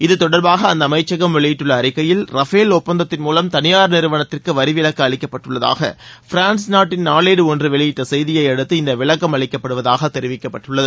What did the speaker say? இதுதொடர்பாக அந்த அமைச்சகம் வெளியிட்டுள்ள அறிக்கையில் ரஃபேல் ஒப்பந்தத்தின் மூலம் தனியார் நிறுவனத்திற்கு வரி விலக்கு அளிக்கப்பட்டுள்ளதுக பிரான்ஸ் நாட்டின் நாளேடு ஒன்று வெளியிட்ட செய்தியை அடுத்து இந்த விளக்கம் அளிக்கப்படுவதாக தெரிவிக்கப்பட்டுள்ளது